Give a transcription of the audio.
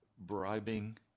Bribing